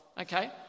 Okay